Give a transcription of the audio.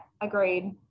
agreed